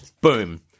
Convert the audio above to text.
boom